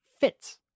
fits